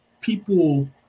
people